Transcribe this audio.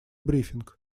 брифинг